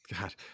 God